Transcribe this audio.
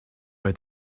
bei